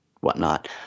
whatnot